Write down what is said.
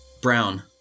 brown